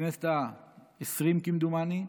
בכנסת העשרים, כמדומני,